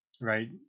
right